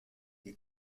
die